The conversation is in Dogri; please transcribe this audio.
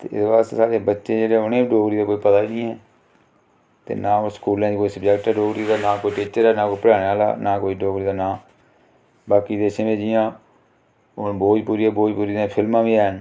ते इस बास्तै साढ़े बच्चे जेह्ड़े उ'नेंगी डोगरी दा कोई पता गै नी ऐ ते ना कोई स्कूलें च कोई सब्जैक्ट ऐ डोगरी दा ना कोई टीचर ना कोई पढाने आह्ला ना कोई डोगरी दा नांऽ बाकी देशें बिच्च जियां हून भोजपुरी ऐ भोजपुरी दियां फिल्मां बी हैन